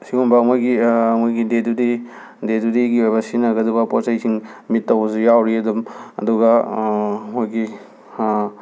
ꯁꯤꯒꯨꯝꯕ ꯃꯣꯏꯒꯤ ꯃꯣꯏꯒꯤ ꯗꯦ ꯇꯨ ꯗꯦꯒꯤ ꯗꯦ ꯇꯨ ꯗꯦꯒꯤ ꯑꯣꯏꯕ ꯁꯤꯖꯤꯟꯅꯒꯗꯕ ꯄꯣꯠꯆꯩꯁꯤꯡ ꯃꯤꯠ ꯇꯧꯕꯁꯨ ꯌꯥꯎꯔꯤ ꯑꯗꯨꯝ ꯑꯗꯨꯒ ꯃꯣꯏꯒꯤ